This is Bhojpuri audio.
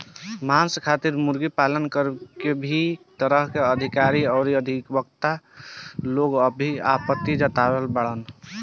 मांस खातिर मुर्गी पालन पर भी कई तरह के अधिकारी अउरी अधिवक्ता लोग भी आपत्ति जतवले बाड़न